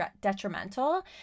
detrimental